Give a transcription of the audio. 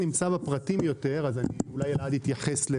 אלעד נמצא יותר בפרטים אז אולי הוא יתייחס.